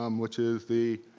um which is the